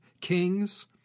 kings